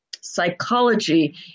psychology